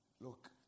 look